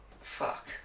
fuck